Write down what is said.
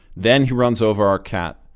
then he runs over our cat,